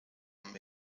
him